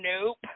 Nope